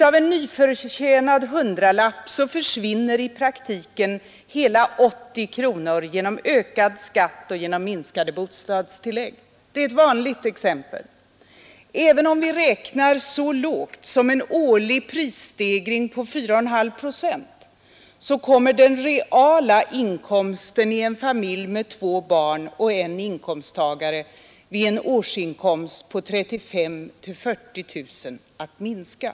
Av en nyförtjänad hundralapp försvinner i praktiken hela 80 kronor genom ökad skatt och genom minskade bostadstillägg. Det är ett vanligt exempel. Även om vi räknar med en så låg årlig prisstegring som 4 1/2 procent kommer den reala inkomsten i en familj med två barn och en inkomsttagare med en årsinkomst på 35 000—40 000 kronor att minska.